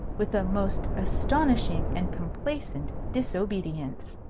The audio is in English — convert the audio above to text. with the most astonishing and complacent disobedience.